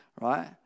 Right